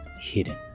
hidden